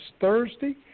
Thursday